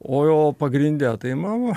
o jau pagrinde tai mama